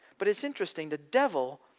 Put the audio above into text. but it's interesting. the devil